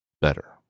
better